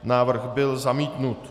Návrh byl zamítnut.